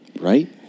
Right